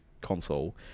console